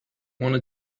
wanna